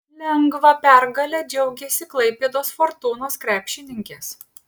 lengva pergale džiaugėsi klaipėdos fortūnos krepšininkės